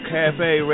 Cafe